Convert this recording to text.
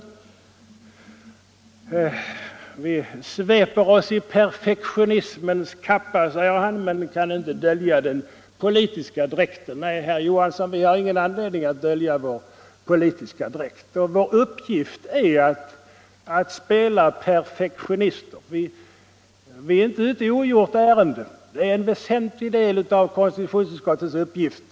Vi sveper oss i perfektionismens kappa, säger han, men vi kan inte dölja den politiska dräkten. Nej, herr Johansson, vi har ingen anledning att dölja vår politiska dräkt! Vår uppgift är att spela perfektionister. Vi är inte ute i ogjort väder, utan detta är en väsentlig del av konstitutionsutskottets uppgifter.